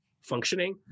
functioning